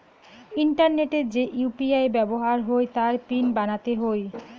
ইন্টারনেটে যে ইউ.পি.আই ব্যাবহার হই তার পিন বানাতে হই